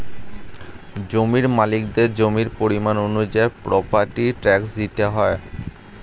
জমির মালিকদের জমির পরিমাণ অনুযায়ী প্রপার্টি ট্যাক্স দিতে হয়